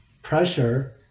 pressure